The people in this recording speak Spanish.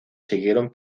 siguieron